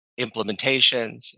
implementations